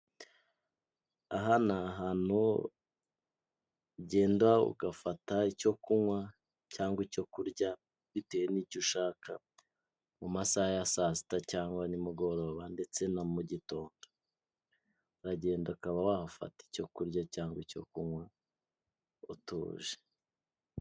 Aha ni ahantu ugenda ugafata icyo kunywa, cyangwa icyo kurya, bitewe n'icyo ushaka mu masaha ya saa sita cyangwa nimugoroba, ndetse na mu mugitondo. Uragenda ukaba wahafata icyo kurya cyangwa icyo kunywa utuje.